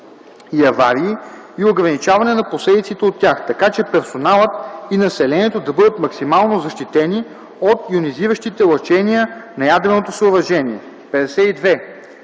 и аварии и ограничаване на последиците от тях, така че персоналът и населението да бъдат максимално защитени от йонизиращите лъчения на ядреното съоръжение. 52.